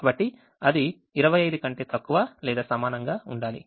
కాబట్టి అది 25 కంటే తక్కువ లేదా సమానంగా ఉండాలి